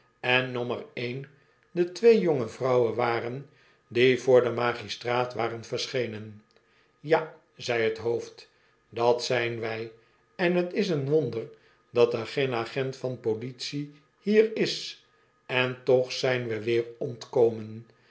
en nommer een de twee jonge vrouwen waren die voor den magistraat waren verschenen ja zei t hoofd dat zijn wij en t is een wonder dat er geen agent van politie hier is en toch zijn we weer ontkomen